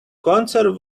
concert